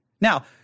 Now